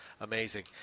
Amazing